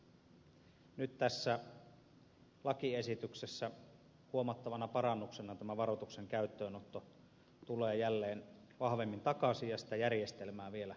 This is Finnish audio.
nyt tässä lakiesityksessä huomattavana parannuksena tämä varoituksen käyttöönotto tulee jälleen vahvemmin takaisin ja sitä järjestelmää vielä parannetaan